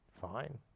Fine